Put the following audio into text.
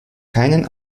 keinen